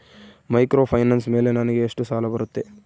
Microfinance ಮೇಲೆ ನನಗೆ ಎಷ್ಟು ಸಾಲ ಬರುತ್ತೆ?